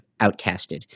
outcasted